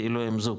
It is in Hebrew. כאילו הם זוג,